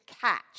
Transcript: catch